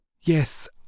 Yes